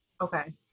Okay